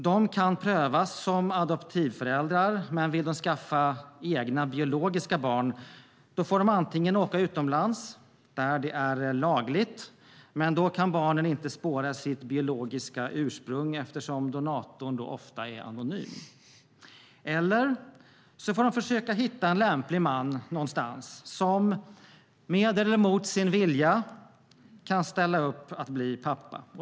De kan prövas som adoptivföräldrar, men vill de skaffa egna biologiska barn får de antingen åka utomlands där det är lagligt - men då kan barnen inte spåra sitt biologiska ursprung, eftersom donatorn ofta är anonym - eller försöka hitta en lämplig man någonstans som, med eller mot sin vilja, kan ställa upp och bli pappa.